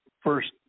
first